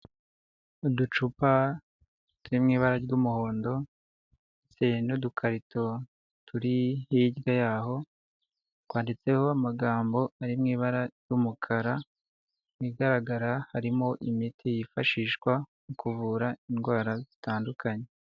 Uducupa turi mu ibara ry'umuhondo ndetse n'udukarito turi hirya y'aho, twanditseho amagambo ari mu ibara ry'umukara, mu bigaragara harimo imiti yifashishwa mu kuvura indwara zitandukanye.